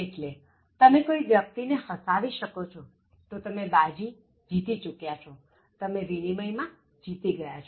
એટલેજો તમે કોઇ વ્યક્તિ ને હસાવી શકો છોતો તમે બાજી જીતી ચૂક્યા છો તમે વિનિમય માં જીતી ગયા છો